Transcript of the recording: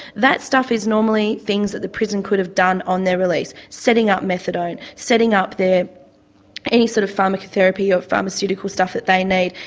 that stuff is normally things that the prison could have done on their release setting up methadone, setting up any sort of pharmatherapy or pharmaceutical stuff that they need,